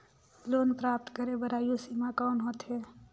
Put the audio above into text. Loan प्राप्त करे बर आयु सीमा कौन होथे?